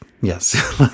Yes